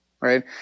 right